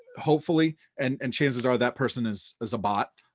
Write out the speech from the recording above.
hopefully, and and chances are that person is is a bot.